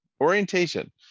orientation